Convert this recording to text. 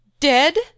Dead